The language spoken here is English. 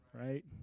Right